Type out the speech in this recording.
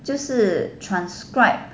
就是 transcribe